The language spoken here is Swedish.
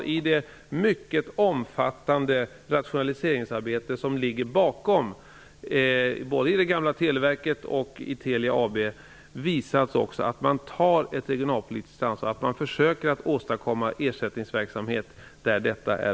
I det omfattande rationaliseringsarbetet i både det gamla Televerket och Telia AB har man visat ett regionalpolitiskt ansvar, och där det är möjligt har man försökt att få fram ersättningsverksamheter.